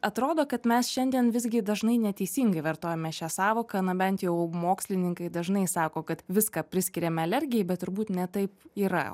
atrodo kad mes šiandien visgi dažnai neteisingai vartojame šią sąvoką na bent jau mokslininkai dažnai sako kad viską priskiriame alergijai bet turbūt ne taip yra